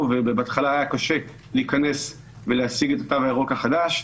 ובהתחלה היה קשה להיכנס ולהשיג את התו הירוק החדש,